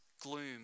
gloom